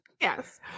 Yes